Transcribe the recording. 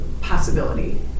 possibility